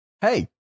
Hey